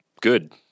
Good